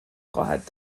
خواهد